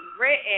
written